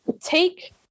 take